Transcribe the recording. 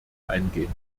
eingehen